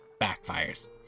backfires